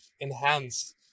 enhance